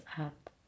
up